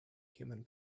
human